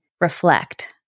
reflect